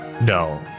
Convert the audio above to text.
No